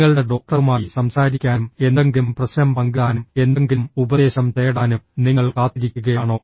നിങ്ങളുടെ ഡോക്ടറുമായി സംസാരിക്കാനും എന്തെങ്കിലും പ്രശ്നം പങ്കിടാനും എന്തെങ്കിലും ഉപദേശം തേടാനും നിങ്ങൾ കാത്തിരിക്കുകയാണോ